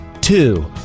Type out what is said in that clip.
Two